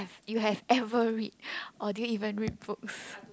you have ever read or do you even read books